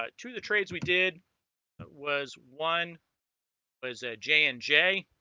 ah to the trades we did was one was a j and j